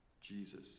Jesus